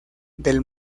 del